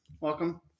welcome